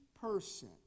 person